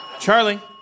Charlie